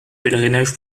pèlerinage